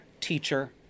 teacher